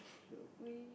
should we